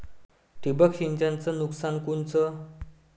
ठिबक सिंचनचं नुकसान कोनचं?